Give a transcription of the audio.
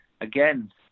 Again